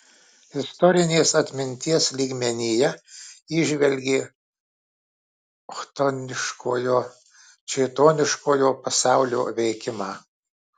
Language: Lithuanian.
istorinės atminties lygmenyje įžvelgė chtoniškojo šėtoniškojo pasaulio veikimą